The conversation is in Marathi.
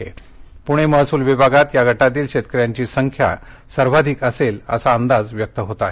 पूणे महसूल विभागात या गटातील शेतकऱ्यांची संख्या सर्वाधिक असेल असा अंदाज व्यक्त होत आहे